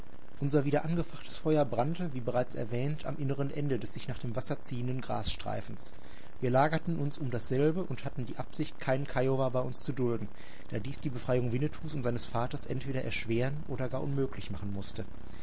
unser wieder angefachtes feuer brannte wie bereits erwähnt am inneren ende des sich nach dem wasser ziehenden grasstreifens wir lagerten uns um dasselbe und hatten die absicht keinen kiowa bei uns zu dulden da dies die befreiung winnetous und seines vaters entweder erschweren oder gar unmöglich machen mußte